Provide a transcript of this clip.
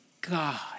God